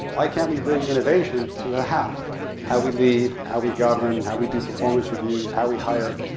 why can't we bring innovation to the how? how we lead, how we govern, how we do performance reviews, how we hire.